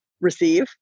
receive